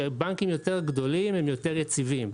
שבנקים יותר גדולים הם יותר יציבים,